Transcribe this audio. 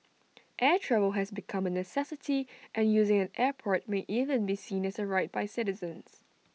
air travel has become A necessity and using an airport may even be seen as A right by citizens